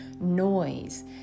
noise